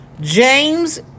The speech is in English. James